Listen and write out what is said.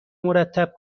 مرتب